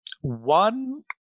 One